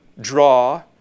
draw